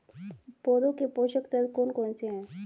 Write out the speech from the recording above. पौधों के पोषक तत्व कौन कौन से हैं?